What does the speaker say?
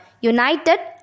United